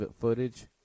footage